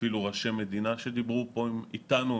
אפילו ראשי מדינה שדיברו פה איתנו,